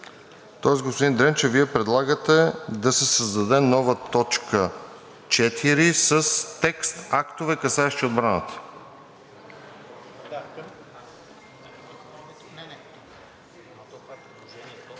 Тоест, господин Дренчев, Вие предлагате да се създаде нова т. 4 с текста: „актове, касаещи отбраната“.